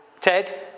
Ted